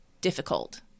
difficult